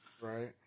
Right